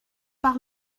par